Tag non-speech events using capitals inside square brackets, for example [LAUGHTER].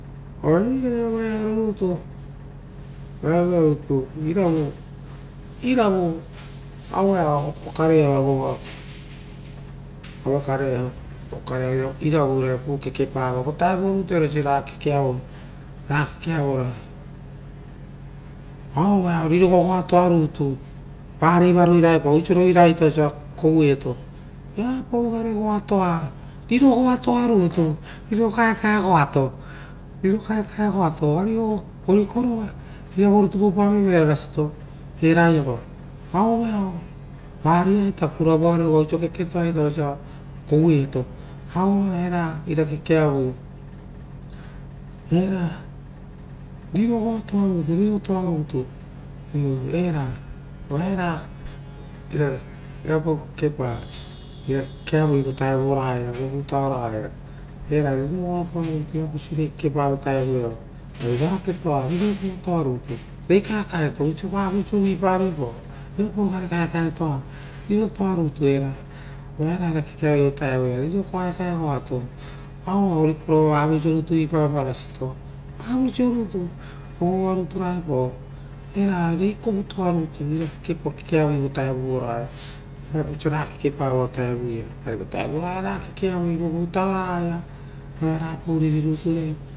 Oire ovaie rutu, iravu, iruvu vokareo iava area vokareo iva vova avakara, viapau kekeparo, votavu rutu iare osira kekeavora, aueva rio goagoa tua rutu vareva reraepao oisirera ta osia koueto. Viupau gare goatoa riro goatoa rutu fiokaekae goatoo, rirokaekae goato oo-o oriko rova iria vorutu pau paoveir a rasito reraiia avevao vareata kura vuare ova oisio keketoa koueto aue era ira kekeavoi. Era riro goatoa rutu, iu era rirutoa rutu era [HESITATION] ora era ira viapau kekepa ira kekeavo votaevuo ragaia era riro goa toaru tu era, viapasoa irai. Kekepa votaevuo ia reikaekae to vavoisio uvuiparoepao viaura reikaekaeto va era ira kekeavoi vovutaoia riro kaekae goato auo ori kovo iria vavoisio rutu ipaopa rasito vavoisio rutu ruva rutu ra epao, era rei kovu toa rutu ira kekeavoi votaevuoraga a viaposora kekepa vo vutuoia, ari votaevuo ragaia ra kekeavo i rapa uririruturai.